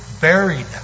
buried